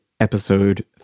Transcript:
Episode